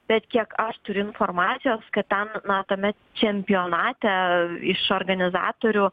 bet kiek aš turiu informacijos kad ten na tame čempionate iš organizatorių